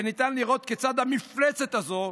וניתן לראות כיצד המפלצת הזאת,